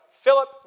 Philip